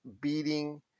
beating